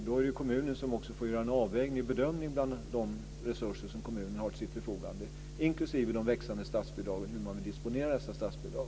Då är det kommunen som också får göra en avvägning och bedömning utifrån de resurser som kommunen har till sitt förfogande - inklusive de växande statsbidragen och hur man vill disponera dessa statsbidrag.